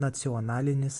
nacionalinis